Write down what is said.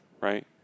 right